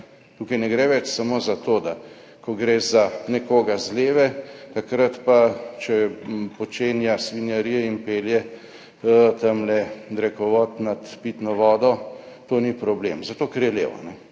Tukaj ne gre več samo za to, da ko gre za nekoga z leve, takrat pa, če počenja svinjarije in pelje tamle drekovod nad pitno vodo, to ni problem, zato ker je lev,